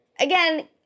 Again